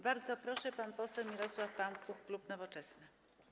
Bardzo proszę, pan poseł Mirosław Pampuch, klub Nowoczesna.